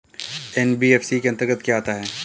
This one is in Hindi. एन.बी.एफ.सी के अंतर्गत क्या आता है?